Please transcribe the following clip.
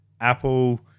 Apple